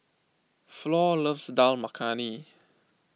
Flor loves Dal Makhani